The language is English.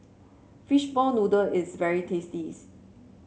fish ball noodle is very tasty